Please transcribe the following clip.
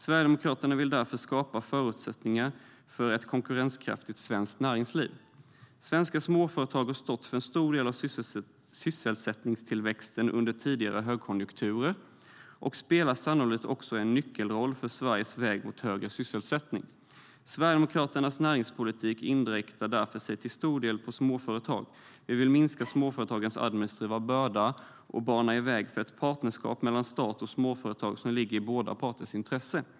Sverigedemokraterna vill därför skapa förutsättningar för ett konkurrenskraftigt svenskt näringsliv. Svenska småföretag har stått för en stor del av sysselsättningstillväxten under tidigare högkonjunkturer och spelar sannolikt också en nyckelroll för Sveriges väg mot högre sysselsättning. Sverigedemokraternas näringspolitik inriktar sig därför till stor del på småföretag. Vi vill minska småföretagens administrativa börda och bana väg för ett partnerskap mellan stat och småföretag som ligger i båda parters intresse.